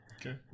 Okay